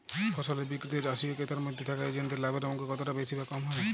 ফসলের বিক্রিতে চাষী ও ক্রেতার মধ্যে থাকা এজেন্টদের লাভের অঙ্ক কতটা বেশি বা কম হয়?